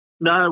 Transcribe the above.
No